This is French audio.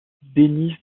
denys